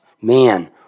man